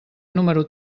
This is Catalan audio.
número